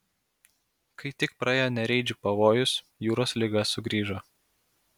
kai tik praėjo nereidžių pavojus jūros liga sugrįžo